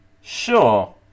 Sure